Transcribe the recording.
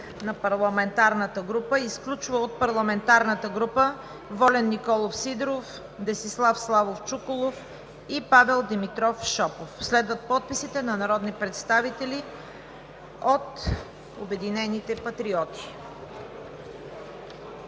на парламентарната група изключва от парламентарната група Волен Николов Сидеров, Десислав Славов Чуколов и Павел Димитров Шопов. Следват подписите на народните представители от „Обединени патриоти“.